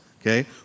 okay